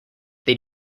they